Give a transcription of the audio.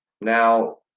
now